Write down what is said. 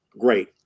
great